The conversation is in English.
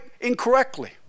incorrectly